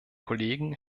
kollegen